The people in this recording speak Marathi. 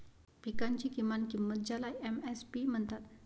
पिकांची किमान किंमत ज्याला एम.एस.पी म्हणतात